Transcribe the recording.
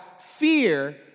fear